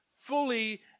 Fully